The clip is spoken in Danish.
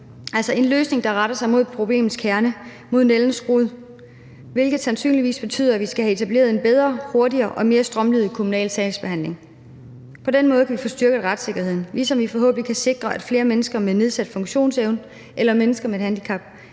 altså en løsning, der retter sig mod problemets kerne, mod nældens rod, hvilket sandsynligvis betyder, at vi skal have etableret en bedre, hurtigere og mere strømlinet kommunal sagsbehandling. På den måde kan vi få styrket retssikkerheden, ligesom vi forhåbentlig kan sikre, at flere mennesker med nedsat funktionsevne eller mennesker med et handicap